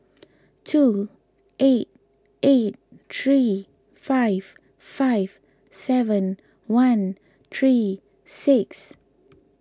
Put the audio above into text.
two eight eight three five five seven one three six